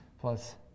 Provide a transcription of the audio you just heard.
plus